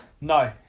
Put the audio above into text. No